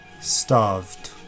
starved